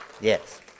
Yes